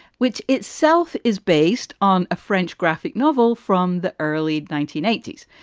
which itself is based on a french graphic novel from the early nineteen eighty s.